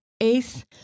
eighth